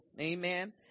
Amen